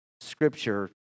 scripture